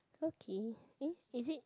okay eh is it